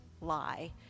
lie